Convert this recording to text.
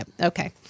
Okay